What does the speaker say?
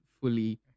fully